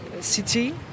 city